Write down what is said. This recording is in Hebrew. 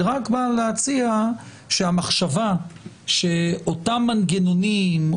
זה רק בא להציע שהמחשבה שאותם מנגנונים,